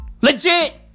Legit